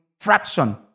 fraction